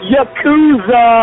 Yakuza